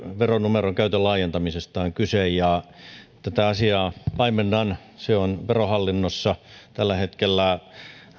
veronumeron käytön laajentamisestahan on kyse tätä asiaa paimennan se on verohallinnossa tällä hetkellä